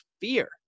fear